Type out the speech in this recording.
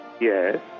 Yes